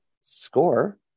score